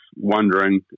wondering